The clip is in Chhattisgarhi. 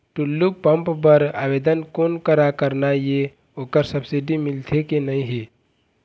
टुल्लू पंप बर आवेदन कोन करा करना ये ओकर सब्सिडी मिलथे की नई?